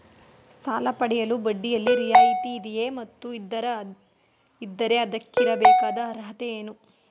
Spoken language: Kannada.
ಸಾಲ ಪಡೆಯಲು ಬಡ್ಡಿಯಲ್ಲಿ ರಿಯಾಯಿತಿ ಇದೆಯೇ ಮತ್ತು ಇದ್ದರೆ ಅದಕ್ಕಿರಬೇಕಾದ ಅರ್ಹತೆ ಏನು?